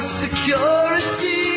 security